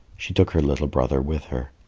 she took her little brother with her.